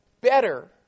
better